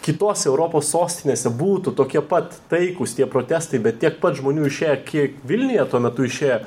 kitos europos sostinėse būtų tokie pat taikūs tie protestai bet tiek pat žmonių išėję kiek vilniuje tuo metu išėjo